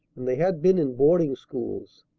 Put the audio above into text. and they had been in boarding-schools.